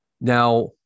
Now